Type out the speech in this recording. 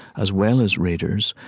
as well as readers,